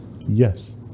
yes